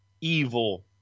Evil